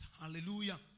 Hallelujah